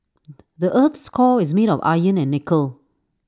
the Earth's core is made of iron and nickel